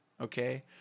Okay